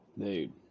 Dude